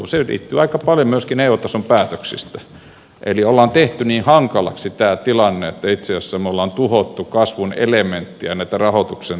se johtuu aika paljon myöskin eu tason päätöksistä eli on tehty niin hankalaksi tämä tilanne että itse asiassa me olemme tuhonneet kasvun elementtejä näitä rahoituksen elementtejä